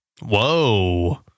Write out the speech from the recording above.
Whoa